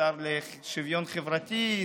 השר לשוויון חברתי,